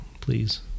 please